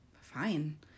fine